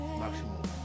maximum